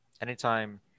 anytime